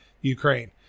Ukraine